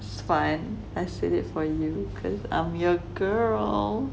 it's fine I said it for you because I'm your girl